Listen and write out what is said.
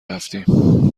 رفتیم